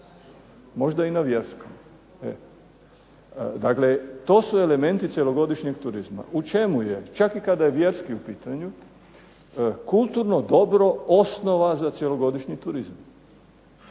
možda i na vjerskom. Dakle, to su elementi cjelogodišnjeg turizma. U čemu je čak i kada je vjerski u pitanju kulturno dobro osnova za cjelogodišnji turizam.